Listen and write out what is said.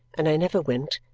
and i never went.